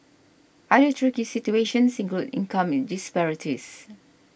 other tricky situations include income in disparities